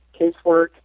casework